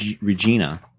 Regina